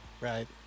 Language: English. right